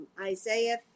Isaiah